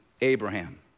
Abraham